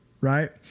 Right